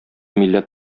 милләт